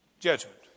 judgment